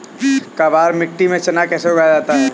काबर मिट्टी में चना कैसे उगाया जाता है?